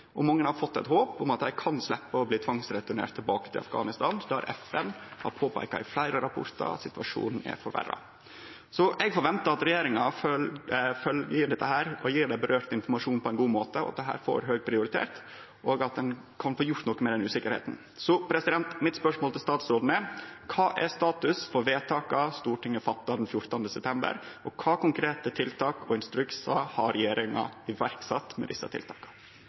Mange har fått eit håp om at dei kan sleppe å bli tvangsreturnerte tilbake til Afghanistan, der FN i fleire rapportar har påpeika at situasjonen er forverra. Eg forventar at regjeringa følgjer dette, gjev dei det gjeld, informasjon på ein god måte, at dette får høg prioritet, og at ein kan få gjort noko med denne usikkerheita. Mitt spørsmål til statsråden er: Kva er status for vedtaka Stortinget fatta den 14. november, og kva konkrete tiltak og instruksar har regjeringa sett i verk etter at desse